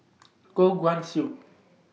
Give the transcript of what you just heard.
Goh Guan Siew